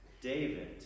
David